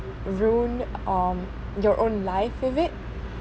ruin um your own life with it